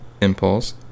impulse